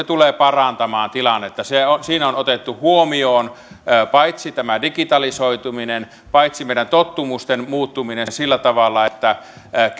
tulee parantamaan tilannetta siinä on otettu huomioon paitsi tämä digitalisoituminen paitsi meidän tottumustemme muuttuminen sillä tavalla että